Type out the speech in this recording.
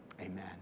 amen